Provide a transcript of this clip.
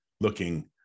looking